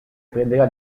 prenderà